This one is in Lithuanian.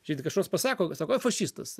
išeina kašoks pasako sako o fašistas